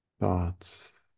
thoughts